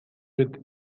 with